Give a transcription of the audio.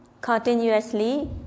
continuously